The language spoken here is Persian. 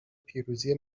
پیروزی